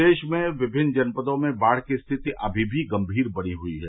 प्रदेश में विभिन्न जनपदों में बाढ़ की स्थिति अमी भी गंभीर बनी हुई है